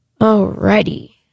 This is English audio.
alrighty